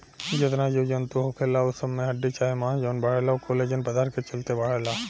जेतना जीव जनतू होखेला उ सब में हड्डी चाहे मांस जवन बढ़ेला उ कोलेजन पदार्थ के चलते बढ़ेला